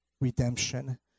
redemption